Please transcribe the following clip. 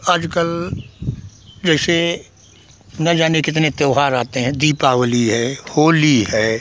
आज कल जैसे न जाने कितने त्यौहार आते हैं दीपावली है होली है